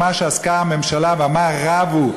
במה עסקה הממשלה ועל מה רבו,